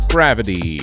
Gravity